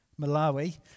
Malawi